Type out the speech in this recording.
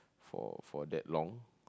for for that long